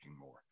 more